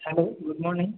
hello good morning